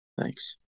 Thanks